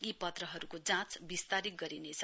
यी पत्रहरूको जाँच बीस तारीक गरिनेछ